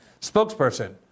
spokesperson